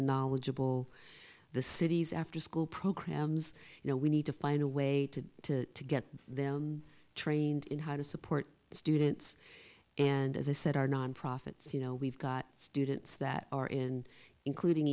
knowledgeable the city's afterschool programs you know we need to find a way to to to get them trained in how to support students and as i said our nonprofits you know we've got students that are in including